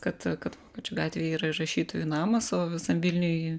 kad kad vokiečių gatvėj yra ir rašytojų namas o visam vilniuj